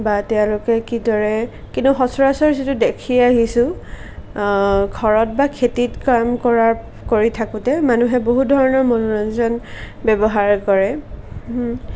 বা তেওঁলোকে কিদৰে কিন্তু সচৰাচৰ যিটো দেখি আহিছোঁ ঘৰত বা খেতিত কাম কৰাৰ কৰি থাকোঁতে মানুহে বহু ধৰণৰ মনোৰঞ্জন ব্যৱহাৰ কৰে